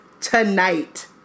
Tonight